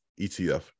ETF